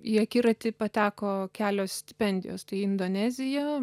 į akiratį pateko kelios stipendijos tai indonezija